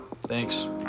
Thanks